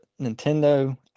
Nintendo